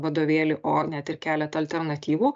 vadovėlį o net ir keletą alternatyvų